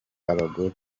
abagore